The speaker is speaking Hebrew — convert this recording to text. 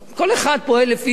כל אחד פועל לפי זה,